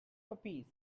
puppies